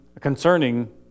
concerning